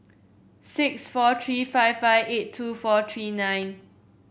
six four three five five eight two four three nine